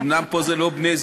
אומנם פה זה לא בני-זוג,